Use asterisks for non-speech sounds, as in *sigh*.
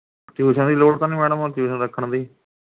tuition ਦੀ ਲੋੜ ਤਾਂ ਨਹੀਂ ਮੈਡਮ *unintelligible* ਟਿਊਸ਼ਨ ਰੱਖਣ ਦੀ